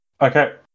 Okay